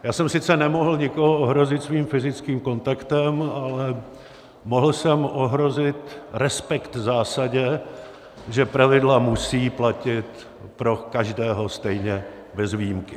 Já jsem sice nemohl nikoho ohrozit svým fyzickým kontaktem, ale mohl jsem ohrozit respekt k zásadě, že pravidla musí platit pro každého stejně bez výjimky.